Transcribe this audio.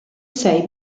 sei